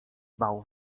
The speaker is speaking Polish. bał